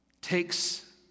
takes